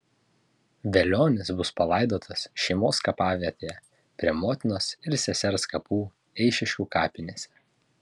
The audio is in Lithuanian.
velionis bus palaidotas šeimos kapavietėje prie motinos ir sesers kapų eišiškių kapinėse